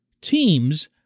teams